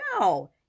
No